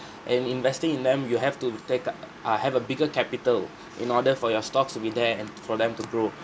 and investing in them you have to take a uh have a bigger capital in order for your stocks to be there and for them to grow